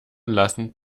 lassen